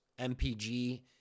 MPG